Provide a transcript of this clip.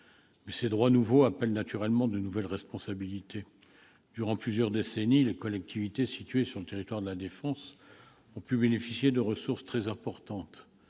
mais ces droits nouveaux appellent naturellement de nouvelles responsabilités. Durant plusieurs décennies, les collectivités situées sur le territoire de La Défense ont pu bénéficier de ressources très importantes